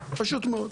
פשוט מאוד.